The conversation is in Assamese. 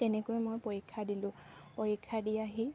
তেনেকৈ মই পৰীক্ষা দিলোঁ পৰীক্ষা দি আহি